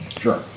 Sure